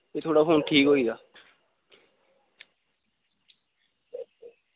एह् थुआढ़ा phone ठीक होई दा